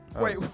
Wait